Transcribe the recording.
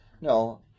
No